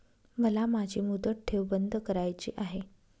मला माझी मुदत ठेव बंद करायची आहे